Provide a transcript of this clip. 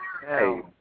Hey